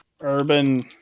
urban